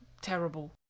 terrible